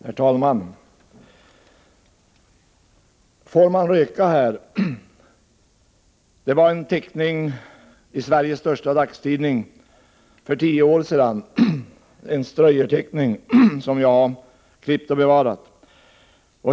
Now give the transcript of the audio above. Herr talman! ”Får man röka här?” Det var en teckning i Sveriges största dagstidning för tio år sedan — en Stroyer-teckning som jag har klippt ut och bevarat.